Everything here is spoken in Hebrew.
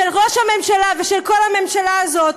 של ראש הממשלה ושל כל הממשלה הזאת,